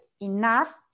enough